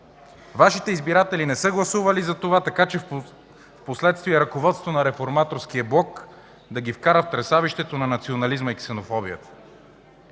Вашите избиратели не са гласували така, че впоследствие ръководството на Реформаторския блок да ги вкара в тресавището на национализма и ксенофобията.